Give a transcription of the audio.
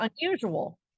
unusual